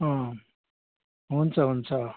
अँ हुन्छ हुन्छ